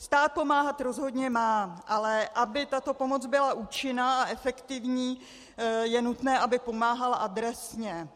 Stát pomáhat rozhodně má, ale aby tato pomoc byla účinná a efektivní, je nutné, aby pomáhala adresně.